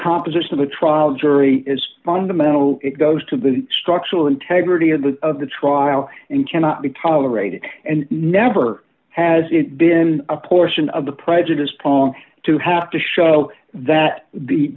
composition of a trial jury is fundamental it goes to the structural integrity of the of the trial and cannot be tolerated and never has it been a portion of the prejudiced prong to have to show that the